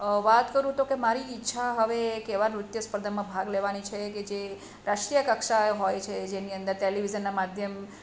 વાત કરું તો કે મારી ઈચ્છા હવે કેવા નૃત્ય સ્પર્ધામાં ભાગ લેવાની છે કે જે રાષ્ટ્રીય કક્ષાએ હોઈ છે જેની અંદર ટેલિવિઝનનાં માધ્યમ